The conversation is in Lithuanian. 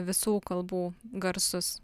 visų kalbų garsus